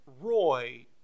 Roy